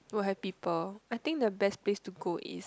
will have people I think the best place to go is